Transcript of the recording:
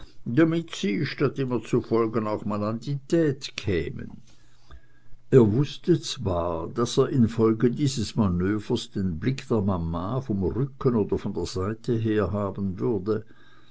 damit sie statt immer zu folgen auch mal an die tete kämen er wußte zwar daß er in folge dieses manövers den blick der mama vom rücken oder von der seite her haben würde